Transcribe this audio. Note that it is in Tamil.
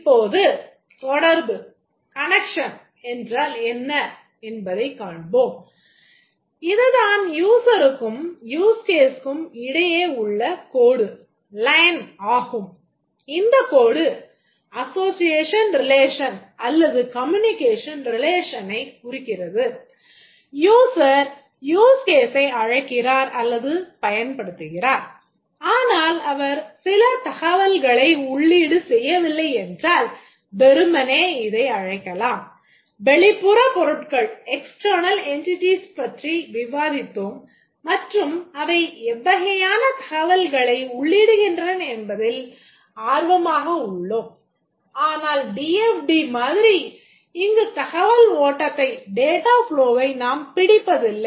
இப்போது தொடர்பு நாம் பிடிப்பதில்லை